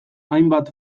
hainbat